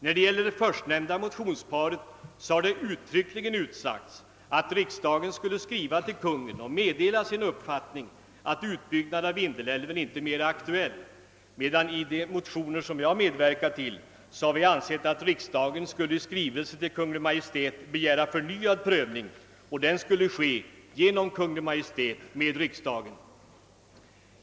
När det gäller det förstnämnda motionsparet har det uttryckligen utsagts att riksdagen skulle skriva till Kungl. Maj:t och meddela sin uppfattning att utbyggnaden av Vindelälven inte längre är aktuell, medan i de motioner som jag har medverkat till vi har ansett att riksdagen skulle i skrivelse till Kungl. Maj:t begära förnyad prövning, och den skulle ske genom Kungl. Maj:t med riksdagen.